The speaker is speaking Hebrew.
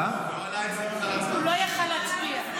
ההצבעה בכלל לא עלתה אצלי.